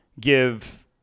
give